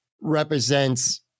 represents